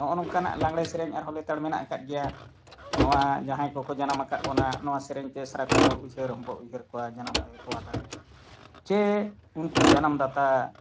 ᱱᱚᱜᱼᱚ ᱱᱚᱝᱠᱟᱱᱟᱜ ᱞᱟᱜᱽᱬᱮ ᱥᱮᱨᱮᱧ ᱟᱨᱦᱚᱸ ᱞᱮᱛᱟᱲ ᱢᱮᱱᱟᱜ ᱟᱠᱟᱫ ᱜᱮᱭᱟ ᱱᱚᱣᱟ ᱡᱟᱦᱟᱸᱭ ᱠᱚᱠᱚ ᱡᱟᱱᱟᱢ ᱟᱠᱟᱫ ᱵᱚᱱᱟ ᱱᱚᱣᱟ ᱥᱮᱨᱮᱧ ᱛᱮᱥᱨᱟ ᱠᱷᱚᱱ ᱵᱚᱱ ᱩᱭᱦᱟᱹᱨ ᱦᱚᱸ ᱵᱚᱱ ᱩᱭᱦᱟᱹᱨ ᱠᱚᱣᱟ ᱡᱟᱱᱟᱢ ᱟᱭᱳ ᱛᱚᱣᱟ ᱫᱟᱨᱮ ᱡᱮ ᱩᱱᱠᱩ ᱡᱟᱱᱟᱢ ᱫᱟᱛᱟ